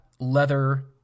leather